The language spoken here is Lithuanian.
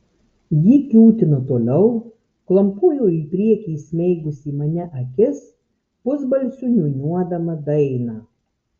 ji kiūtino toliau klampojo į priekį įsmeigusi į mane akis pusbalsiu niūniuodama dainą